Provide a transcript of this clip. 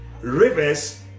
rivers